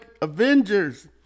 Avengers